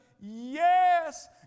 yes